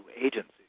agencies